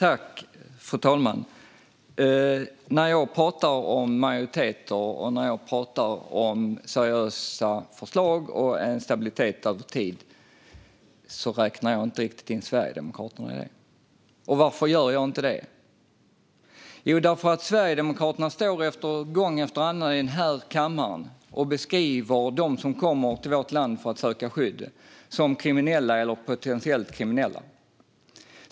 Fru talman! När jag talar om majoriteter, seriösa förslag och stabilitet över tid räknar jag inte riktigt in Sverigedemokraterna i detta. Varför gör jag inte det? Jo, därför att Sverigedemokraterna gång efter annan står i denna kammare och beskriver dem som kommer till vårt land för att söka skydd som kriminella eller potentiellt kriminella.